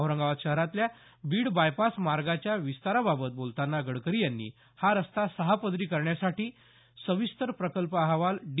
औरंगाबाद शहरातल्या बीड बायपास मार्गाच्या विस्ताराबाबत बोलतांना गडकरी यांनी हा रस्ता सहा पदरी करण्यासाठी सविस्तर प्रकल्प अहवाल डी